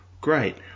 great